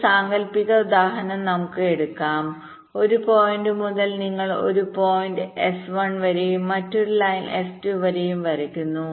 ഒരു സാങ്കൽപ്പിക ഉദാഹരണം നമുക്ക് എടുക്കാം 1 പോയിന്റ് മുതൽ നിങ്ങൾ ഒരു പോയിന്റ് എസ് 1 വരെയും മറ്റൊരു ലൈൻ എസ് 2 വരെയും വരയ്ക്കുന്നു